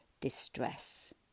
distress